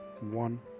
one